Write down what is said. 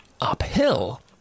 uphill